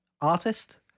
artist